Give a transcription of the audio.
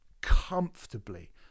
comfortably